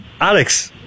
Alex